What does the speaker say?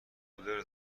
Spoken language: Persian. کولر